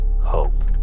hope